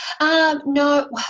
no